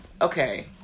Okay